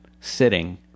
sitting